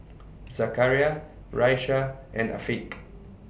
Zakaria Raisya and Afiq